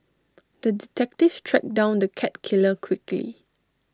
the detective tracked down the cat killer quickly